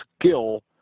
skill